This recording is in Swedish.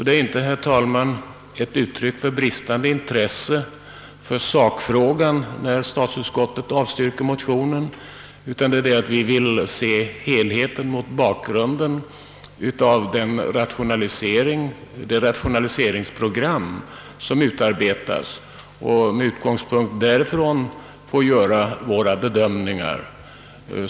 Det är, herr talman, inte ett uttryck för bristande intresse för sakfrågan när statsutskottet avstyrker motionen, utan vi vill se helheten mot bakgrunden av det rationaliseringsprogram som skall utarbetas och med utgångspunkt därifrån få göra våra bedömningar.